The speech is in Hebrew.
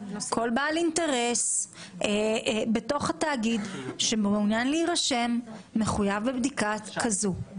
כל בעל אינטרס בתוך התאגיד שמעוניין להירשם מחויב בבדיקה כזאת.